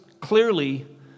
clearly